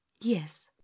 Yes